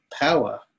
power